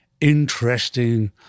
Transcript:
interesting